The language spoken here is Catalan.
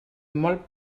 molt